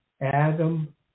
adam